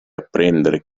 apprendere